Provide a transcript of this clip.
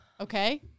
Okay